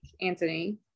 anthony